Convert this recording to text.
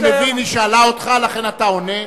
השר בגין, היא שאלה אותך, לכן אתה עונה.